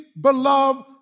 beloved